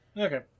okay